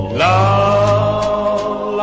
love